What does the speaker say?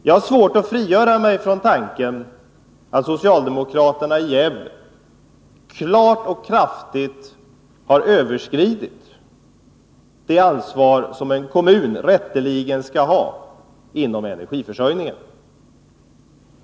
Jag har svårt att frigöra mig från intrycket att socialdemokraterna i Gävle klart och kraftigt har överskridit det ansvar som en kommun rätteligen kan ta när det gäller energiförsörjningen.